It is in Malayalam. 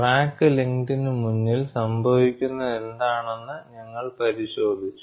ക്രാക്ക് ലെങ്ത്നു മുന്നിനിൽ സംഭവിക്കുന്നതെന്താണെന്ന് ഞങ്ങൾ പരിശോധിച്ചു